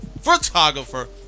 photographer